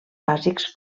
bàsics